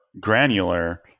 granular